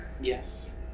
Yes